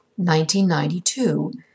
1992